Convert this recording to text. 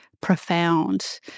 profound